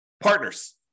Partners